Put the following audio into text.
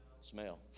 smell